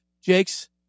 Jake's